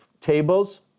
tables